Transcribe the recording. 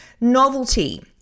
Novelty